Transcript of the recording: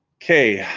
okay